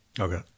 Okay